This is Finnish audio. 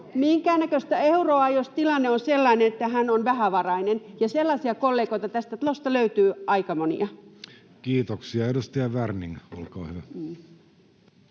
keskeltä ja vasemmalta] jos tilanne on sellainen, että hän on vähävarainen, ja sellaisia kollegoita tästä talosta löytyy aika monia. Kiitoksia. — Edustaja Werning, olkaa hyvä.